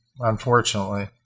unfortunately